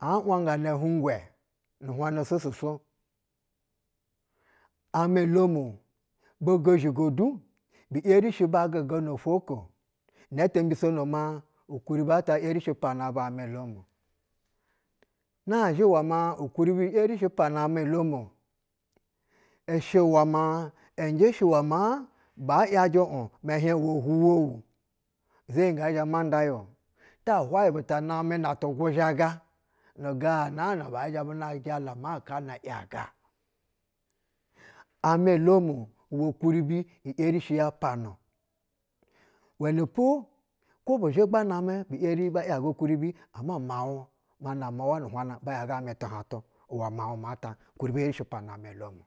a a wahanga hingwɛ, nu hwana swoɧ swoɧ. Amɛ domu ogozhigo du bi ‘yerishi ba giga no fwo ko. inɛ tɛ mbisono ma ukuribi ata ‘yeri shi pana bu aniɛdan. Nazhɛ wɛ ma ukuribi erishi pana amɛ domu ishɛ wɛ ma shɛ wɛ ma baa ‘yajɛ ɛ hiɛɧ wɛ huwowuno, za yi ngɛ zhɛ manda uao. Ta hwayɛ buta namɛ na tug u zhaga nu ga na bajala ma kana yaga. Amɛ domu nu kuribi yerishi ya pana, uwɛnɛpo, kwa buzhigba namɛ bi ‘yeri ba yaga kuribi ama mau butɛ eri ta ba nama wa, ba ‘yaga amɛ tuhaɧtu uwɛ miauh mata ukuribi erishi pana amɛ olomu.